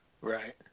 Right